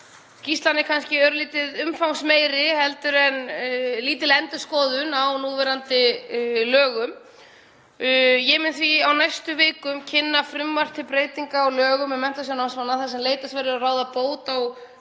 Skýrslan er kannski örlítið umfangsmeiri heldur en lítil endurskoðun á núverandi lögum. Ég mun því á næstu vikum kynna frumvarp til breytinga á lögum um Menntasjóð námsmanna þar sem leitast verður við að ráða bót á